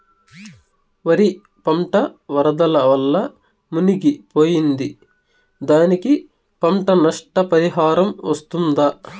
వరి పంట వరదల వల్ల మునిగి పోయింది, దానికి పంట నష్ట పరిహారం వస్తుందా?